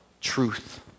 truth